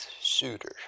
suitor